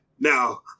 Now